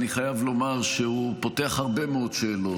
אני חייב לומר שהוא פותח הרבה מאוד שאלות